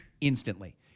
instantly